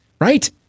right